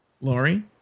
Lori